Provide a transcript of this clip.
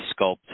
sculpt